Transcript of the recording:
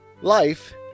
Life